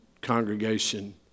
congregation